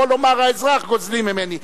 יכול האזרח לומר: גוזלים ממני,